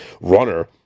runner